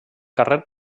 carrer